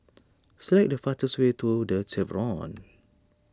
select the fastest way to the Chevrons